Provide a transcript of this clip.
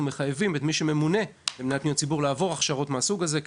אנחנו מחייבים את מי שממונה למנהל פניות ציבור לעבור הכשרות מהסוג הזה,